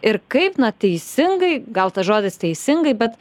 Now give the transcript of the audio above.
ir kaip na teisingai gal tas žodis teisingai bet